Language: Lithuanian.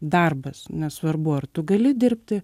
darbas nesvarbu ar tu gali dirbti